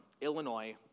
Illinois